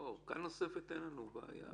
לא, עם אורכה נוספת אין לנו בעיה.